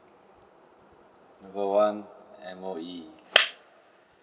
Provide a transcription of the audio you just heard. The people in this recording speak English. number one M_O_E